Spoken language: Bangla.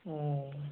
ও